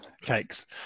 cakes